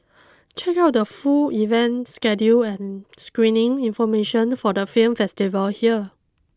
check out the full event schedule and screening information for the film festival here